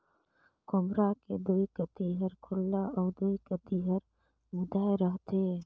खोम्हरा के दुई कती हर खुल्ला अउ दुई कती हर मुदाए रहथे